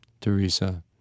Teresa